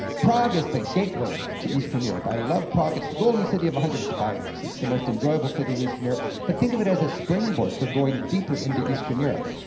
prague is the gateway to eastern europe. i love prague, it's the golden city of a hundred spires. it's the most enjoyable city in eastern europe, but think of it as a springboard for going deeper into eastern europe.